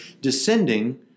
descending